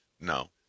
No